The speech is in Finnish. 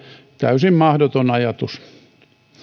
täysin mahdoton ajatus